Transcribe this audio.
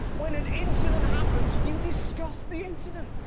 when an incident happens you discuss the incident!